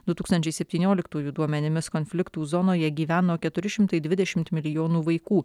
du tūkstančiai septynioliktųjų duomenimis konfliktų zonoje gyveno keturi šimtai dvidešimt milijonų vaikų